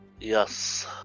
Yes